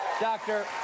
Doctor